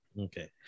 Okay